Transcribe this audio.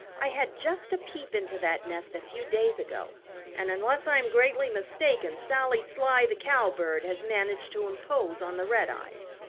i had just a peep into that nest a few days ago and unless i am greatly mistaken sally sly the cowbird has managed to impose on the redeyes.